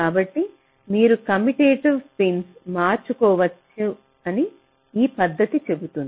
కాబట్టి మీరు కమ్యుటేటివ్ పిన్లను మార్చుకోవచ్చని ఈ పద్ధతి చెబుతుంది